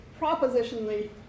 propositionally